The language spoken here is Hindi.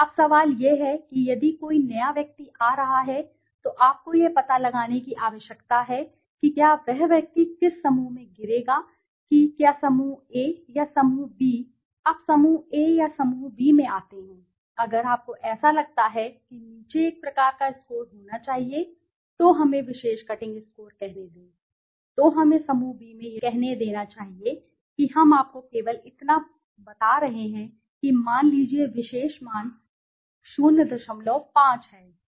अब सवाल यह है कि यदि कोई नया व्यक्ति आ रहा है तो आपको यह पता लगाने की आवश्यकता है कि क्या वह व्यक्ति किस समूह में गिरेगा कि क्या समूह ए या समूह बी अब समूह A या समूह B में आते हैं अगर आपको ऐसा लगता है कि नीचे एक प्रकार का स्कोर होना चाहिए तो हमें विशेष कटिंग स्कोर कहने दें तो हमें समूह B में यह कहने देना चाहिए कि हम आपको केवल इतना बता रहे हैं कि मान लीजिए विशेष मान 05 है